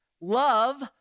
love